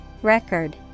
Record